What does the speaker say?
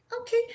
Okay